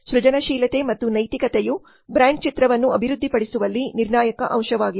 ಸೃಜನಶೀಲತೆ ಮತ್ತು ನೈತಿಕತೆಯು ಬ್ರಾಂಡ್ ಚಿತ್ರ ವನ್ನು ಅಭಿವೃದ್ಧಿಪಡಿಸುವಲ್ಲಿ ನಿರ್ಣಾಯಕ ಅಂಶವಾಗಿದೆ